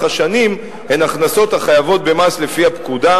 השנים הם הכנסות החייבות במס לפי הפקודה,